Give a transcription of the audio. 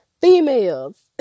females